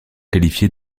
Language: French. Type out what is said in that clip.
qualifié